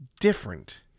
different